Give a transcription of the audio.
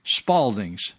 spaldings